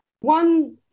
One